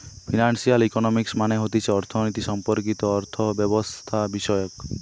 financial economics মানে হতিছে অর্থনীতি সম্পর্কিত অর্থব্যবস্থাবিষয়ক